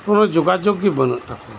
ᱠᱚᱱᱳ ᱡᱳᱜᱟᱡᱳᱜ ᱜᱮ ᱵᱟᱹᱱᱩᱜ ᱛᱟᱠᱚᱣᱟ